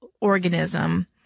organism